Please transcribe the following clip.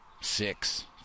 six